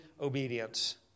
obedience